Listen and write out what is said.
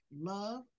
Love